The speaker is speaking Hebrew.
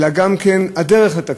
אלא גם כן הדרך לתקציב,